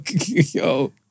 yo